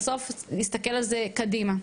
בסוף להסתכל על זה קדימה,